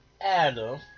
Adam